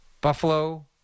Buffalo